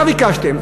מה ביקשתם?